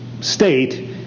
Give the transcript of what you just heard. state